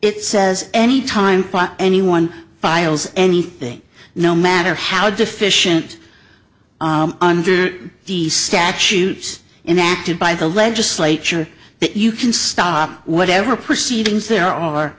it says any time anyone files anything no matter how deficient under the statutes in acted by the legislature that you can stop whatever proceedings